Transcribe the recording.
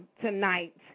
tonight